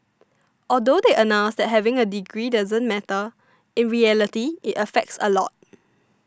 although they announced that having a degree doesn't matter in reality it affects a lot